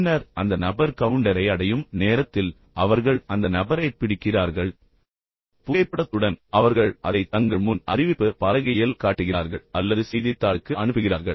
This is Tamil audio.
பின்னர் அந்த நபர் கவுண்டரை அடையும் நேரத்தில் அவர்கள் அந்த நபரைப் பிடிக்கிறார்கள் புகைப்படத்துடன் அவர்கள் அதை தங்கள் முன் அறிவிப்பு பலகையில் காட்டுகிறார்கள் அல்லது செய்தித்தாளுக்கு அனுப்புகிறார்கள்